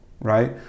right